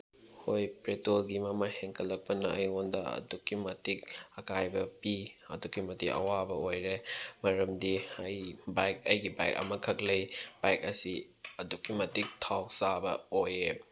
ꯍꯣꯏ ꯄꯦꯇ꯭ꯔꯣꯜꯒꯤ ꯃꯃꯜ ꯍꯦꯟꯒꯠꯂꯛꯄꯅ ꯑꯩꯉꯣꯟꯗ ꯑꯗꯨꯛꯀꯤ ꯃꯇꯤꯛ ꯑꯀꯥꯏꯕ ꯄꯤ ꯑꯗꯨꯛꯀꯤ ꯃꯇꯤꯛ ꯑꯋꯥꯕ ꯑꯣꯏꯔꯦ ꯃꯔꯝꯗꯤ ꯑꯩꯒꯤ ꯕꯥꯏꯛ ꯑꯩꯒꯤ ꯕꯥꯏꯛ ꯑꯃꯈꯛ ꯂꯩ ꯕꯥꯏꯛ ꯑꯁꯤ ꯑꯗꯨꯛꯀꯤ ꯃꯇꯤꯛ ꯊꯥꯎ ꯆꯥꯕ ꯑꯣꯏꯌꯦ